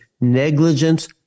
negligence